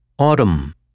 Autumn